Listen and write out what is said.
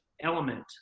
element